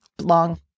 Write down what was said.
long